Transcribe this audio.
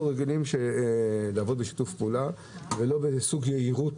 אנחנו רגילים לעבוד בשיתוף פעולה ולא ביהירות,